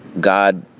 God